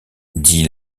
dit